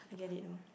I get it now